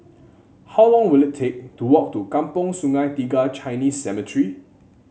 how long will it take to walk to Kampong Sungai Tiga Chinese Cemetery